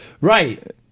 right